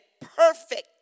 perfect